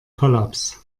kollaps